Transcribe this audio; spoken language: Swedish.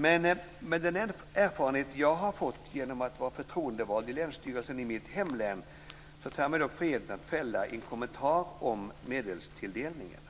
Men med den erfarenhet jag har fått genom att vara förtroendevald i länsstyrelsen i mitt hemlän tar jag mig dock friheten att fälla en kommentar om medelstilldelningen.